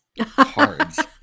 cards